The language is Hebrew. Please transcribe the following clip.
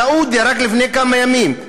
סעודיה, רק לפני כמה ימים: